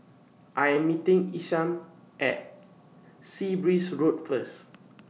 I Am meeting Isham At Sea Breeze Road First